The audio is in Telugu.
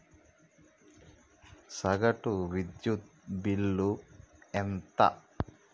సగటు విద్యుత్ బిల్లు ఎంత?